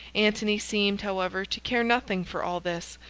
antony seemed, however, to care nothing for all this,